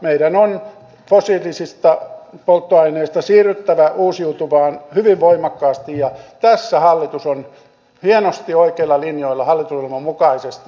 meidän on fossiilisista polttoaineista siirryttävä uusiutuvaan hyvin voimakkaasti ja tässä hallitus on hienosti oikeilla linjoilla hallitusohjelman mukaisesti